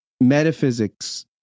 metaphysics